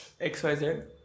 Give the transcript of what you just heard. XYZ